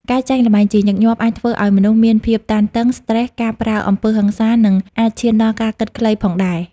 ការចាញ់ល្បែងជាញឹកញាប់ អាចធ្វើឱ្យមនុស្សមានភាពតានតឹង ស្ត្រេស ការប្រើអំពើហិង្សា និងអាចឈានដល់ការគិតខ្លីផងដែរ។